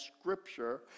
scripture